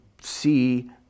see